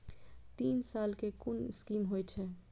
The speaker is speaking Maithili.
तीन साल कै कुन स्कीम होय छै?